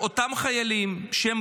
אותם חיילים, שהם